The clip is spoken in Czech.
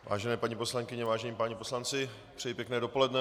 Vážené paní poslankyně, vážení páni poslanci, přeji pěkné dopoledne.